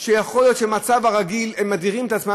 שיכול להיות שבמצב הרגיל מדירות את עצמן